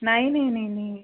नाही नाही नाही नाही